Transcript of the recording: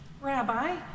Rabbi